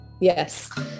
Yes